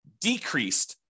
decreased